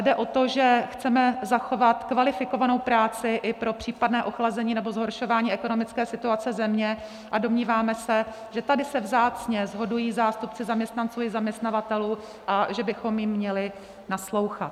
Jde o to, že chceme zachovat kvalifikovanou práci i pro případné ochlazení nebo zhoršování ekonomické situace země, a domníváme se, že tady se vzácně shodují zástupci zaměstnanců i zaměstnavatelů a že bychom jim měli naslouchat.